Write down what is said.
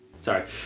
Sorry